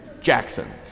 Jackson